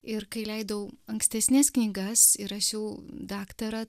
ir kai leidau ankstesnes knygas įrašiau daktarą